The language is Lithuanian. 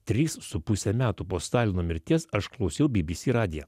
trys su puse metų po stalino mirties aš klausiau bbc radiją